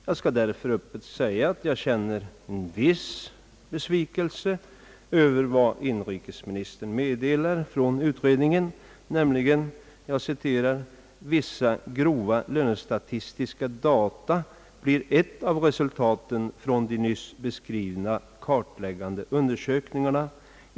Jag skall därför öppet säga att jag känner en viss besvikelse över vad inrikesministern meddelar från utredningen, nämligen följande: » Vissa grova lönestatistiska data blir ett av resultaten från de nyss beskrivna kartläggande undersökningarna.